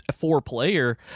four-player